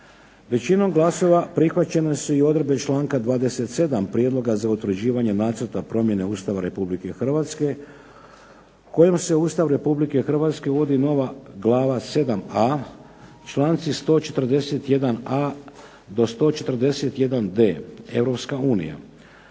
Većinom glasova prihvaćene su i odredbe članka 27. prijedloga za utvrđivanje nacrta promjene Ustava Republike Hrvatske, kojom se Ustava Republike Hrvatske uvodi nova glava 7a, članci 141.a do 141.b